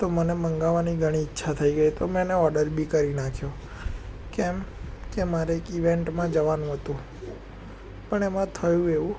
તો મને મંગાવવાની ઘણી ઈચ્છા થઈ ગઈ તો મેં એને ઓર્ડર બી કરી નાખ્યો કેમ કે મારે એક ઈવેન્ટ્માં જવાનું હતું પણ એમાં થયું એવું